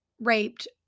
raped